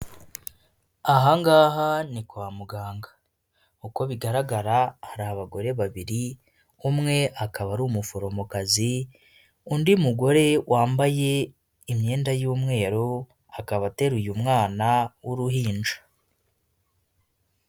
Ahangaha ni kwa muganga uko bigaragara hari abagore babiri umwe akaba ari umuforomokazi undi mugore wambaye imyenda y'umweru akaba ateruye mwana w'uruhinja.